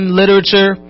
literature